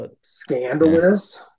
Scandalous